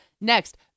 next